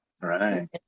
Right